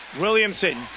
Williamson